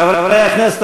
חברי הכנסת,